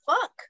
fuck